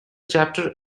chapter